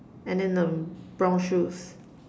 and then um brown shoes